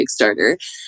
Kickstarter